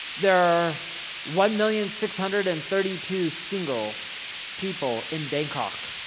there are one million six hundred and thirty two single people in bangkok.